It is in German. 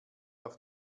auch